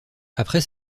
après